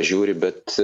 žiūri bet